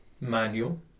manual